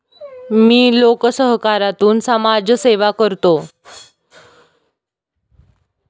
मी लोकसहकारातून समाजसेवा करतो